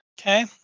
okay